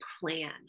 plan